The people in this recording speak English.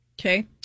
Okay